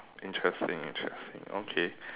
interesting interesting okay